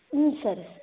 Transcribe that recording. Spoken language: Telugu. సరే